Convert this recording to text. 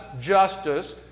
justice